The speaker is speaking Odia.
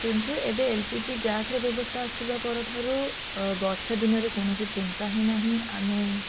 କିନ୍ତୁ ଏବେ ଏଲ୍ ପି ଜି ଗ୍ୟାସ୍ର ବ୍ୟବସ୍ଥା ଆସିବା ପରଠାରୁ ବର୍ଷାଦିନରେ କୌଣସି ଚିନ୍ତା ହିଁ ନାହିଁ ଆମେ